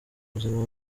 muzima